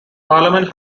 parliament